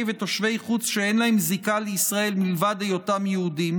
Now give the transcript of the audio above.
ותושבי חוץ שאין להם זיקה לישראל מלבד היותם יהודים,